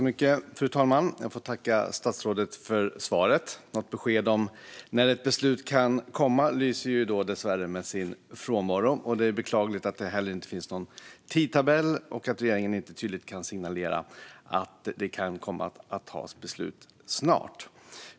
Fru talman! Jag får tacka statsrådet för svaret. Något besked om när ett beslut kan komma lyser dessvärre med sin frånvaro, och det är beklagligt att det inte heller finns någon tidtabell och att regeringen inte tydligt kan signalera att det kan fattas beslut snart.